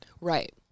Right